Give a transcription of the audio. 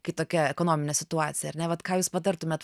kai tokia ekonominė situacija ar ne vat ką jūs patartumėt